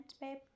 babe